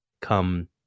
come